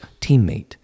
teammate